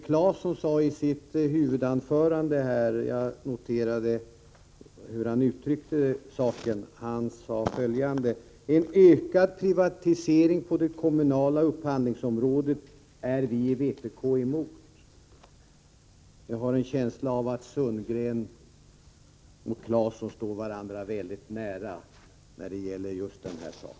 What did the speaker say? Jag noterade att Tore Claeson i sitt huvudanförande sade följande: En ökad privatisering på det kommunala upphandlingsområdet är vi i vpk mot. Jag har en känsla av att Sundgren och Claeson står varandra mycket nära när det gäller just denna sak.